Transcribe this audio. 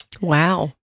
Wow